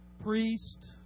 Priest